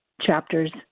chapters